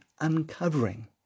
uncovering